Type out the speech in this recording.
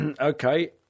okay